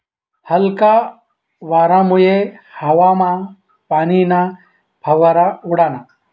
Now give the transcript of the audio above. हलका वारामुये हवामा पाणीना फवारा उडना